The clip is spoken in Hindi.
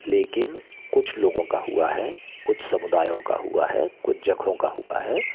लेकिन कुछ लोगों का हुआ है कुछ समुदायों का हुआ है कुछ जगहों का हुआ है